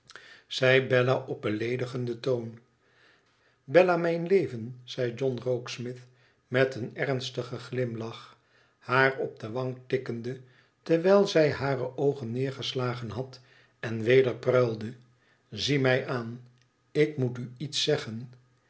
zei bella op beleedigenden toon bella mijn leven zei john rokesmith met een emstigen glimlach haar op de wang tikkende wijl zij hare oogen neergeslagen had en weder pruilde zie mij aan ik moet u iets zeggen